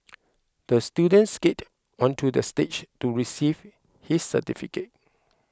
the student skated onto the stage to receive his certificate